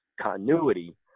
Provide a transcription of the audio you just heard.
continuity